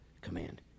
command